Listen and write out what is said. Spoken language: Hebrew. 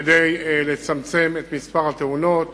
כדי לצמצם את מספר התאונות.